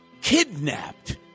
kidnapped